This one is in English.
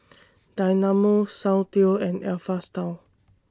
Dynamo Soundteoh and Alpha Style